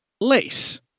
Lace